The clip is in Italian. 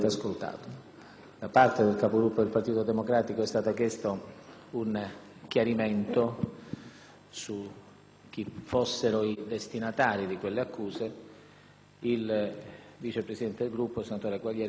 su chi fossero i destinatari di quelle accuse ed il Vice Presidente del Gruppo, senatore Quagliariello, ha tenuto a ribadire come quelle affermazioni intendessero riferirsi ad un dato oggettivo